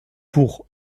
pour